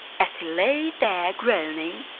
as he lay there groaning,